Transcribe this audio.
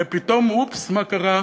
ופתאום, אופס, מה קרה?